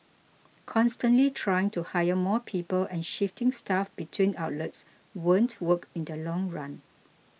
constantly trying to hire more people and shifting staff between outlets won't work in the long run